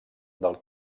del